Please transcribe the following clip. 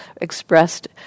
expressed